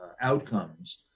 outcomes